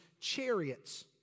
chariots